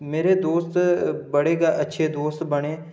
मेरे दोस्त बड़े गै अच्छे दोस्त बने